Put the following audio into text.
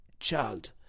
child